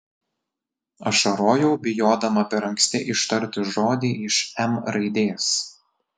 ašarojau bijodama per anksti ištarti žodį iš m raidės